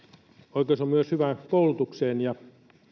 oikeus on myös hyvään koulutukseen ja